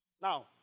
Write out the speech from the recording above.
Now